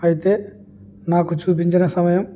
అయితే నాకు చూపించిన సమయం